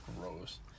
gross